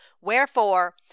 Wherefore